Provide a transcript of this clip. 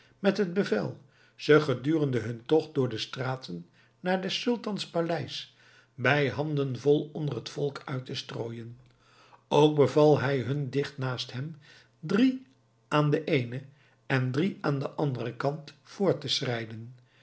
met het bevel ze gedurende hun tocht door de straten naar des sultans paleis bij handen vol onder het volk uit te strooien ook beval hij hun dicht naast hem drie aan den eenen en drie aan den anderen kant voort te schrijden